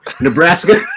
Nebraska